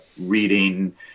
reading